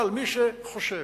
אבל מי שחושב